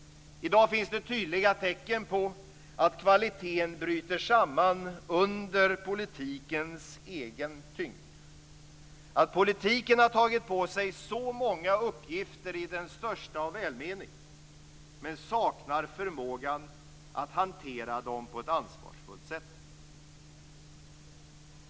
I dag finns det tydliga tecken på att kvaliteten bryter samman under politikens egen tyngd. Politiken har tagit på sig så många uppgifter i den största av välmening men saknar förmågan att hantera dem på ett ansvarsfullt sätt.